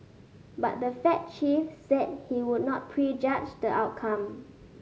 but the Fed chief said he would not prejudge the outcome